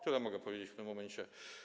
Tyle mogę powiedzieć w tym momencie.